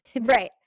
Right